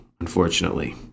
unfortunately